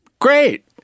great